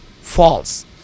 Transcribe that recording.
False